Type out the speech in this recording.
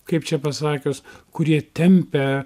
kaip čia pasakius kurie tempia